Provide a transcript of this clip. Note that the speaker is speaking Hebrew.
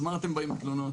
אז מה אתם באים בתלונות?